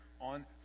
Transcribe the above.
on